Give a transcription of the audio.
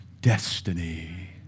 destiny